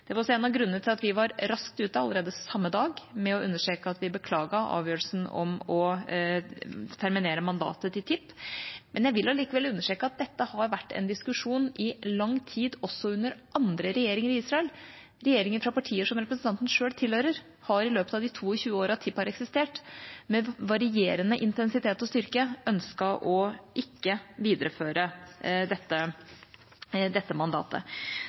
Det var også en av grunnene til at vi var raskt ute – allerede samme dag – med å understreke at vi beklaget avgjørelsen om å terminere observatørgruppen TIPHs mandat. Men jeg vil allikevel understreke at dette har vært en diskusjon i lang tid, også under andre regjeringer i Israel. Regjeringer fra partier som representanten sjøl tilhører, har i løpet av de 22 årene TIPH har eksistert, med varierende intensitet og styrke ønsket å ikke videreføre dette mandatet.